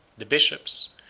the bishops,